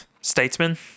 Statesman